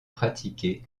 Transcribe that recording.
pratiqué